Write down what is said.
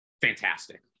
Fantastic